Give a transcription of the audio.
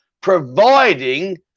providing